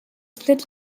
split